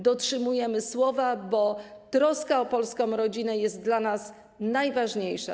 Dotrzymujemy słowa, bo troska o polską rodzinę jest dla nas najważniejsza.